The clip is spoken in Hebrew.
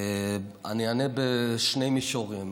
אני אענה בשני מישורים.